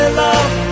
love